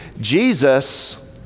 Jesus